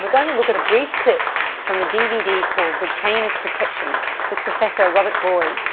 we're gonna look at a brief clip from the dvd called the chain of protection with professor robert booy,